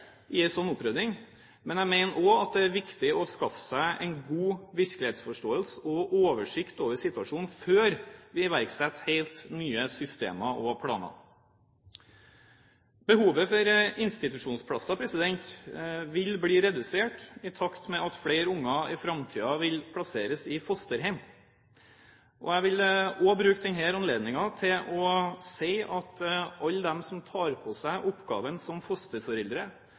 i en slik opprydding, men jeg mener også at det er viktig å skaffe seg en god virkelighetsforståelse og oversikt over situasjonen før vi iverksetter helt nye systemer og planer. Behovet for institusjonsplasser vil bli redusert i takt med at flere barn i framtiden vil bli plassert i fosterhjem. Jeg vil også bruke denne anledningen til å si at alle de som tar på seg oppgaven som fosterforeldre,